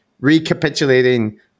recapitulating